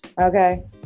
Okay